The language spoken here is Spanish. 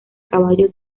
caballo